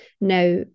now